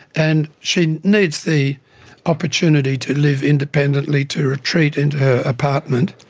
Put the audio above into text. and she needs the opportunity to live independently, to retreat into her apartment.